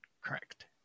correct